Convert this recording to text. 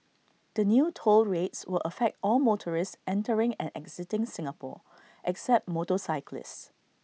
the new toll rates will affect all motorists entering and exiting Singapore except motorcyclists